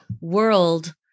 world